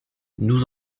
nous